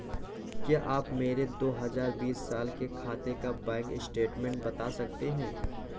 क्या आप मेरे दो हजार बीस साल के खाते का बैंक स्टेटमेंट बता सकते हैं?